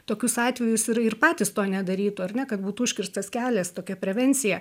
tokius atvejus ir ir patys to nedarytų ar ne kad būtų užkirstas kelias tokia prevencija